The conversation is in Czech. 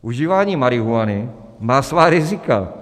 Užívání marihuany má svá rizika.